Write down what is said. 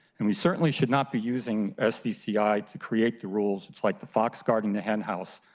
and we certainly should not be using sdci to create the rules, it's like the fox guarding the hen house,